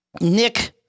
Nick